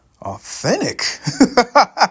authentic